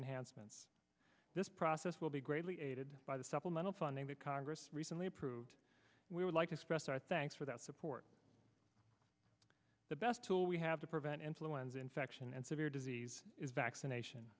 enhanced since this process will be greatly aided by the supplemental funding that congress recently approved we would like to express our thanks for that support the best tool we have to prevent influenza infection and severe disease is vaccination